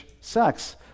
sex